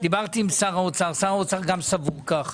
דיברתי עם שר האוצר, ושר האוצר גם סבור כך.